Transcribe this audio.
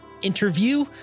interview